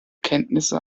kenntnisse